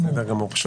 רוצה